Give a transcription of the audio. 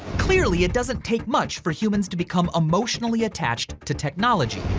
clearly, it doesn't take much for humans to become emotionally attached to technology.